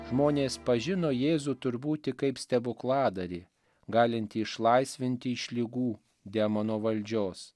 žmonės pažino jėzų turbūti kaip stebukladarį galintį išlaisvinti iš ligų demono valdžios